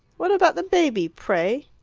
what about the baby, pray?